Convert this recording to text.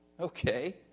Okay